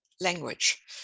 language